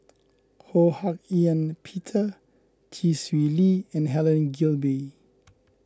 Ho Hak Ean Peter Chee Swee Lee and Helen Gilbey